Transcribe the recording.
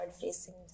facing